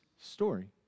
story